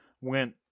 went